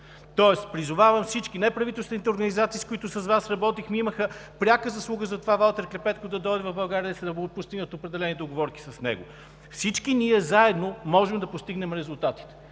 Призовавам всички – неправителствените организации, с които работихме и имаха пряка заслуга за това, доктор Валтер Клепетко да дойде в България, за да се постигнат определени договорки с него. Всички ние заедно можем да постигнем резултатите.